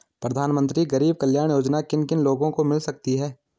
प्रधानमंत्री गरीब कल्याण योजना किन किन लोगों को मिल सकती है?